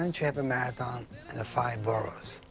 don't you have a marathon in the five boroughs?